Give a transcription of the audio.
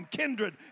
kindred